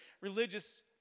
religious